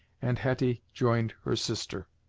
and hetty joined her sister.